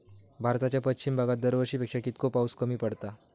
भारताच्या पश्चिम भागात दरवर्षी पेक्षा कीतको पाऊस कमी पडता?